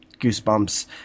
Goosebumps